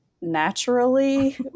naturally